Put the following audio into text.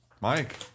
Mike